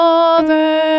over